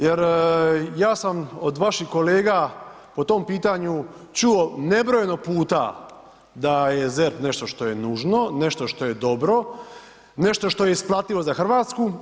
Jer ja sam od vaših kolega po tom pitanju čuo nebrojeno puta da je ZERP nešto što je nužno, nešto što je dobro, nešto što je isplativo za Hrvatsku.